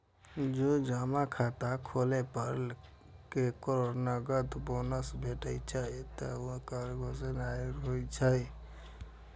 जौं जमा खाता खोलै पर केकरो नकद बोनस भेटै छै, ते ऊ कर योग्य आय होइ छै